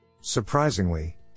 Surprisingly